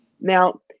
Now